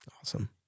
Awesome